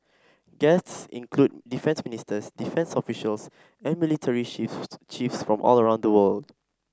guests included defence ministers defence officials and military shifts chiefs from all around the world